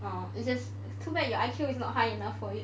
well it's just it's too bad your I_Q is not high enough for it